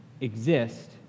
exist